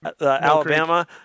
Alabama